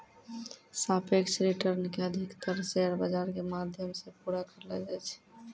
सापेक्ष रिटर्न के अधिकतर शेयर बाजार के माध्यम से पूरा करलो जाय छै